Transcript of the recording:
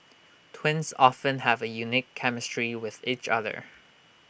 twins often have A unique chemistry with each other